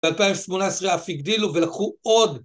ב-2018 אף הגדילו ולקחו עוד...